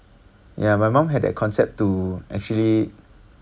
ya my mum had that concept to actually